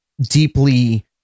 deeply